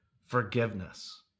forgiveness